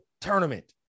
tournament